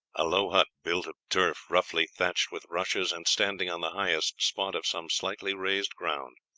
a low hut built of turf roughly thatched with rushes and standing on the highest spot of some slightly raised ground.